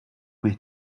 mich